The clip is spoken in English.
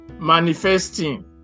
manifesting